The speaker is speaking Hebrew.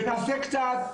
ונעשה קצת.